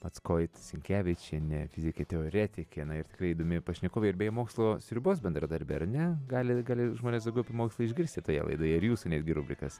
mackoit sinkevičienė fizikė teoretikė ir tikrai įdomi pašnekovė bei mokslo sriubos bendradarbė ar ne gali gali žmonės daugiau apie mokslą išgirsti toje laidoje ir jūsų netgi rubrikas